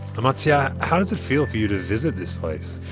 amatzia, how does it feel for you to visit this place?